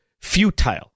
futile